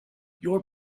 your